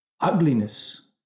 Ugliness